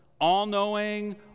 all-knowing